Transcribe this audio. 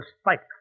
spike